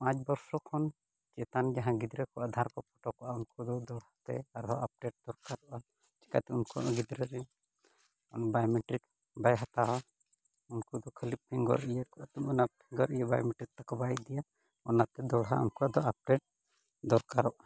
ᱯᱟᱸᱪ ᱵᱚᱨᱥᱚ ᱠᱷᱚᱱ ᱪᱮᱛᱟᱱ ᱡᱟᱦᱟᱸ ᱜᱤᱫᱽᱨᱟᱹ ᱠᱚ ᱟᱫᱷᱟᱨ ᱠᱚ ᱯᱷᱚᱴᱳ ᱠᱚᱜᱼᱟ ᱩᱱᱠᱩ ᱫᱚ ᱫᱚᱲᱦᱟᱛᱮ ᱟᱨᱦᱚᱸ ᱟᱯᱰᱮᱴ ᱫᱚᱨᱠᱟᱨᱚᱜᱼᱟ ᱪᱮᱠᱟᱹᱛᱮ ᱩᱱᱠᱩᱣᱟᱜ ᱜᱤᱫᱽᱨᱟᱹ ᱨᱮᱱ ᱵᱟᱭᱳᱢᱮᱴᱨᱤᱠ ᱵᱟᱭᱳᱭᱦᱟᱛᱟᱣᱟ ᱩᱱᱠᱩ ᱫᱚ ᱠᱷᱟᱹᱞᱤ ᱯᱷᱤᱝᱜᱟᱨ ᱤᱭᱟᱹ ᱠᱚ ᱚᱱᱟ ᱯᱷᱤᱝᱜᱟᱨ ᱤᱭᱟᱹ ᱛᱟᱠᱚ ᱵᱟᱭ ᱤᱫᱤᱭᱟ ᱚᱱᱟᱛᱮ ᱫᱚᱲᱦᱟ ᱩᱱᱠᱩᱣᱟᱜ ᱫᱚ ᱟᱯᱰᱮᱴ ᱫᱚᱨᱠᱟᱨᱚᱜᱼᱟ